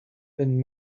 been